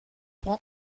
prends